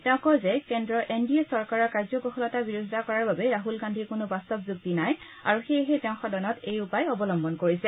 তেওঁ কয় যে কেন্দ্ৰৰ এন ডি এ চৰকাৰৰ কাৰ্যকুশলতা বিৰোধিতা কৰাৰ বাবে ৰাছল গান্ধীৰ কোনো বাস্তৱ যুক্তি নাই আৰু সেয়েহে তেওঁ সদনত এই উপায় অৱলম্বন কৰিছে